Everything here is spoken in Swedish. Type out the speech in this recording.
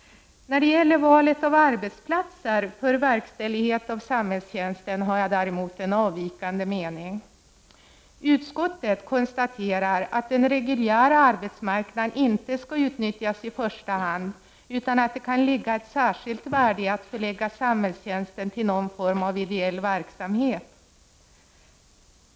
När det gäller valet av arbetsplatser för verkställighet av samhällstjänsten har jag däremot en avvikande mening. Utskottet konstaterar att den reguljära arbetsmarknaden inte skall utnyttjas i första hand, utan att det kan ligga ett särskilt värde i att förlägga samhällstjänsten till någon form av ideell verksamhet.